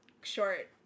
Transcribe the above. short